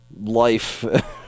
life